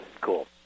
Cool